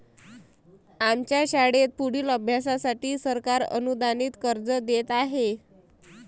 आमच्या शाळेत पुढील अभ्यासासाठी सरकार अनुदानित कर्ज देत आहे